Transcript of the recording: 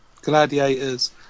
Gladiators